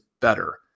better